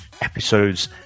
Episodes